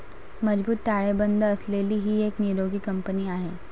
मजबूत ताळेबंद असलेली ही एक निरोगी कंपनी आहे